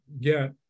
get